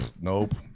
nope